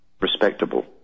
respectable